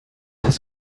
his